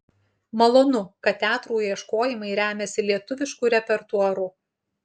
malonu kad teatrų ieškojimai remiasi lietuvišku repertuaru